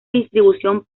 distribución